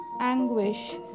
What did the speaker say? anguish